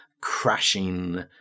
crashing